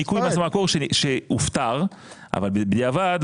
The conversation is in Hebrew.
לכאורה אין בעיה.